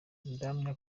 ndahamya